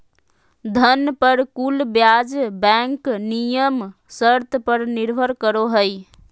धन पर कुल ब्याज बैंक नियम शर्त पर निर्भर करो हइ